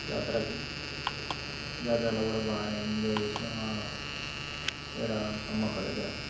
జాతరకి జాతరలో కూడా బాగా ఎంజాయ్ చేసినాం మేడారం సమ్మక్క దగ్గర